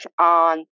on